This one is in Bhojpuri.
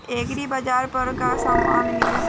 एग्रीबाजार पर का का समान मिली?